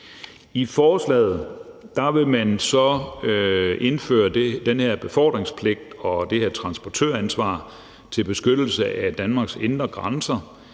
I forslaget vil man så indføre den her befordringspligt og det her transportøransvar til beskyttelse af Danmarks indre grænser,